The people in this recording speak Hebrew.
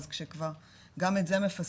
אז שכבר גם את זה מפספסים,